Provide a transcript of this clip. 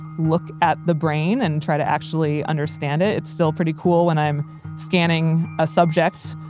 look at the brain and try to actually understand it. it's still pretty cool when i'm scanning a subject,